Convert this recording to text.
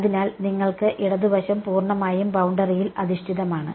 അതിനാൽ നിങ്ങൾക്ക് ഇടത് വശം പൂർണ്ണമായും ബൌണ്ടറിയിൽ അധിഷ്ടിതമാണ്